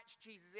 Jesus